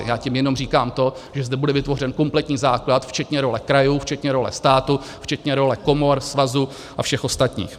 Já tím jenom říkám to, že zde bude vytvořen kompletní základ včetně role krajů, včetně role státu, včetně role komor, svazů a všech ostatních.